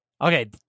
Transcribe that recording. Okay